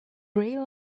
rail